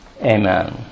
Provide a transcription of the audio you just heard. amen